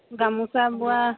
গামোচা বোৱা